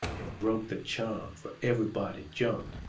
it broke the charm. fur everybody jumped.